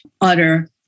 Utter